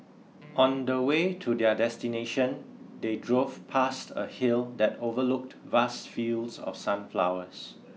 on the way to their destination they drove past a hill that overlooked vast fields of sunflowers